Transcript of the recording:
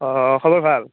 অ খবৰ ভাল